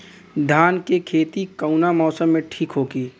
धान के खेती कौना मौसम में ठीक होकी?